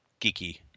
geeky